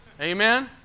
Amen